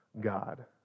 God